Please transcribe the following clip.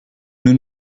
nous